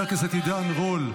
תודה רבה.